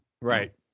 Right